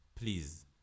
please